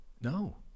no